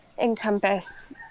encompass